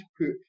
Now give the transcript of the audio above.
put